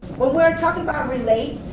we're talking about relate,